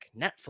Netflix